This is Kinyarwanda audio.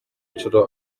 nshuro